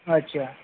अच्छा